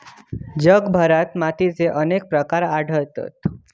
जगभरात मातीचे अनेक प्रकार आढळतत